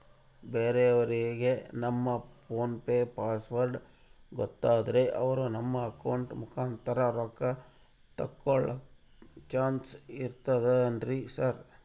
ಬೇರೆಯವರಿಗೆ ನಮ್ಮ PhonePe password ಗೊತ್ತಾದ್ರೆ ಅವರು ನಮ್ಮ ಅಕೌಂಟ್ ಮುಖಾಂತರ ರೊಕ್ಕ ತಕ್ಕೊಳ್ಳೋ ಚಾನ್ಸ್ ಇರ್ತದೆನ್ರಿ ಸರ್?